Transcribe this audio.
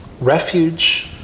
refuge